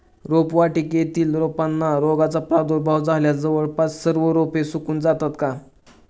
रोपवाटिकेतील रोपांना रोगाचा प्रादुर्भाव झाल्यास जवळपास सर्व रोपे सुकून जातात का?